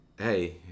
hey